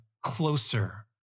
closer